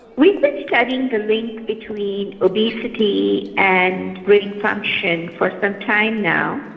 we've been studying the link between obesity and brain function for some time now.